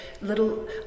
little